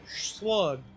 slug